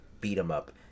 beat-em-up